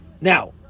Now